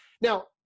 Now